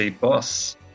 Boss